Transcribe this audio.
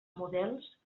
models